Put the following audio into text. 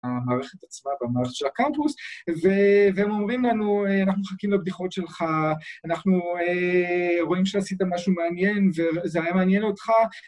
במערכת עצמה במערכת של הקמפוס, ‫והם אומרים לנו, ‫אנחנו מחכים לבדיחות שלך, ‫אנחנו רואים שעשית משהו מעניין ‫וזה היה מעניין אותך,